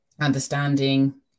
understanding